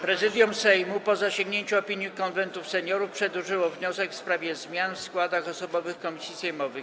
Prezydium Sejmu, po zasięgnięciu opinii Konwentu Seniorów, przedłożyło wniosek w sprawie zmian w składach osobowych komisji sejmowych.